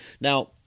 Now